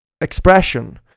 expression